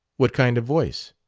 what kind of voice?